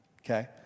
Okay